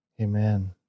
Amen